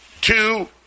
Two